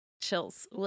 chills